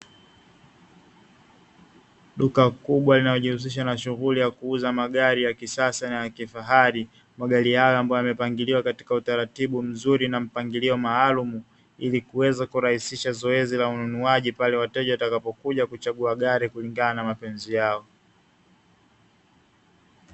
Duka kubwa linalojihusisha na shughuli ya kuuza magari ya kisasa na ya kifahari, magari hayo ambayo yamepangiliwa katika utaratibu mzuri na mpangilio maalumu ili kuweza kurahisisha zoezi la ununuaji pale wateja watakapokuja kuchagua gari kulingana na mapenzi yao.